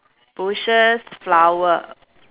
bushes flower